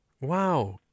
Wow